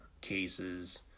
cases